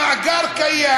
המאגר קיים,